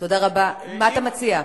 מה אתה מציע?